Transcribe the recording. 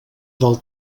del